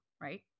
right